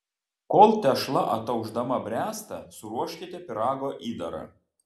kol tešla ataušdama bręsta suruoškite pyrago įdarą